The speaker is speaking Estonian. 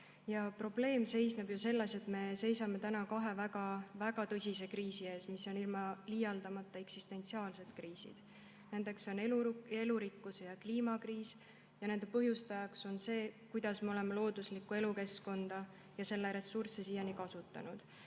on. Probleem seisneb selles, et me seisame täna kahe väga-väga tõsise kriisi ees, mis on ilma liialdamata eksistentsiaalsed kriisid. Need on elurikkuse kriis ja kliimakriis ning nende põhjustajaks on olnud see, kuidas me oleme oma looduslikku elukeskkonda ja selle ressursse siiani kasutanud.